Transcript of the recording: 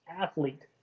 athlete